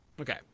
Okay